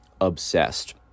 obsessed